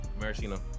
Maraschino